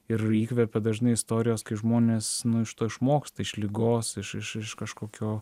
ir įkvepia dažnai istorijos kai žmonės iš to išmoksta iš ligos iš iš kažkokio